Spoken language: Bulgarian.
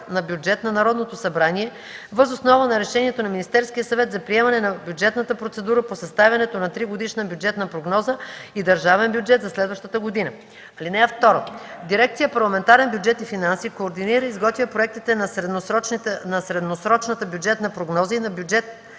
на бюджет на Народното събрание въз основа на решението на Министерския съвет за приемане на бюджетната процедура по съставянето на тригодишна бюджетна прогноза и държавен бюджет за следващата година. (2) Дирекция „Парламентарен бюджет и финанси” координира и изготвя проектите на средносрочната бюджетна прогноза и на бюджет